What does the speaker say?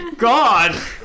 God